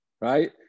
right